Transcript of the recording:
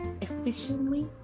efficiently